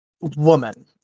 woman